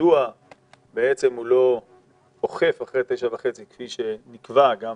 מדוע הוא לא אוכף אחרי 9:30 כפי שנקבע גם